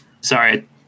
Sorry